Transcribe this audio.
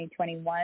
2021